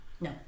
No